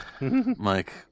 Mike